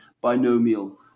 binomial